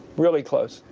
really close.